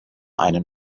einen